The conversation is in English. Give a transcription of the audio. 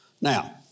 Now